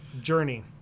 journey